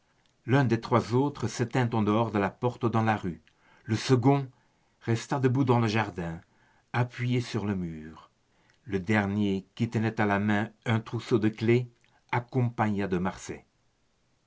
l'un des trois autres se tint en dehors de la porte dans la rue le second resta debout dans le jardin appuyé sur le mur le dernier qui tenait à la main un trousseau de clefs accompagna de marsay